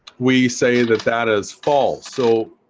we say that that is false, so